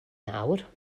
nawr